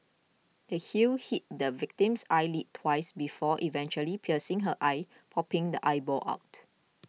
the heel hit the victim's eyelid twice before eventually piercing her eye popping the eyeball out